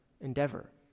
endeavor